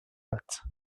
hâte